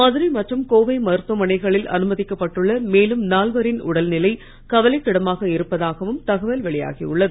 மதுரை மற்றும் கோவை மருத்துவமனைகளில் அனுமதிக்கப்பட்டுள்ள மேலும் நால்வரின் உடல்நிலை கவலைக்கிடமாக இருப்பதாகவும் தகவல் வெளியாகி உள்ளது